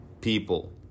people